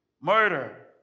murder